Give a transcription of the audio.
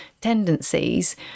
tendencies